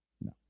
No